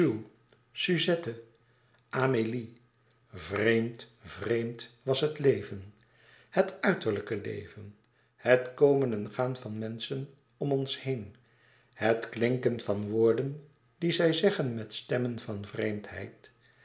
suzette amélie vreemd vreemd was het leven het uiterlijke leven het komen en gaan van menschen om ons heen het klinken van woorden die zij zeggen met stemmen van vreemdheid